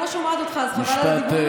אני לא שומעת אותך, אז חבל על הדיבור.